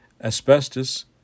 asbestos